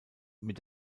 mit